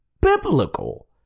biblical